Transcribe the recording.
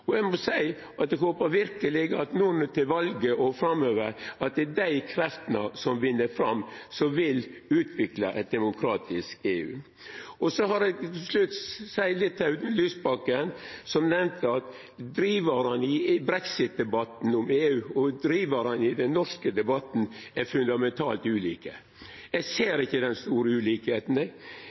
Og eg må seia at eg verkeleg håpar, til valet og framover, at dei kreftene vinn fram som vil utvikla eit demokratisk EU. Til slutt vil eg seia litt til representanten Lysbakken, som nemnde at drivarane i brexit-debatten om EU og drivarane i den norske debatten er fundamentalt ulike. Eg ser ikkje den store